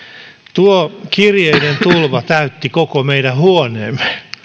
tuo kirjeiden tulva täytti koko meidän huoneemme